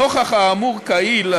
נוכח האמור לעיל,